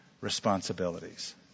responsibilities